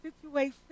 situation